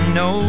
no